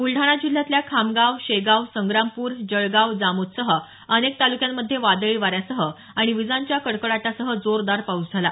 बुलडाणा जिल्ह्यातल्या खामगाव शेगाव संग्रामपूर जळगाव जामोदसह अनेक तालुक्यांमध्ये वादळी वाऱ्यासह आणि विजांच्या कडकडाटासह जोरदार पाऊस झाला